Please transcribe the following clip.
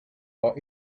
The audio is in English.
our